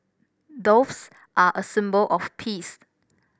doves are a symbol of peace